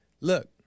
look